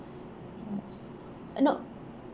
uh no